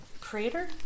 Creator